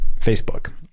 Facebook